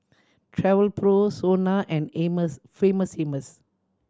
Travelpro SONA and Famous Amos